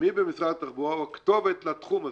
מי במשרד התחבורה הוא הכתובת לתחום הזה?